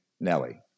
Nelly